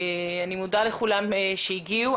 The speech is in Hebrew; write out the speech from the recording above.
אני מודה לכולם שהגיעו.